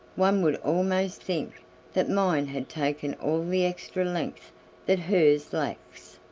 one would almost think that mine had taken all the extra length that hers lacks!